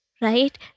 right